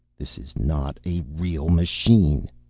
this is not a real machine.